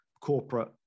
corporate